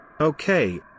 Okay